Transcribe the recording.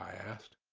ah asked.